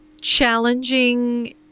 challenging